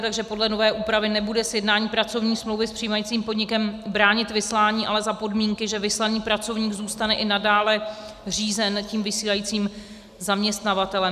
Takže podle nové úpravy nebude sjednání pracovní smlouvy s přijímajícím podnikem bránit vyslání, ale za podmínky, že vyslaný pracovník zůstane i nadále řízen tím vysílajícím zaměstnavatelem.